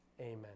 amen